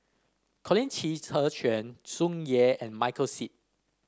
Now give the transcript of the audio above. Colin Qi Zhe Quan Tsung Yeh and Michael Seet